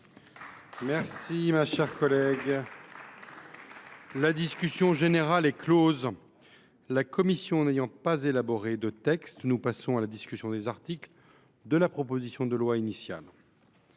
sur les Antilles. La discussion générale est close. La commission n’ayant pas élaboré de texte, nous passons à la discussion des articles de la proposition de loi.